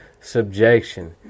subjection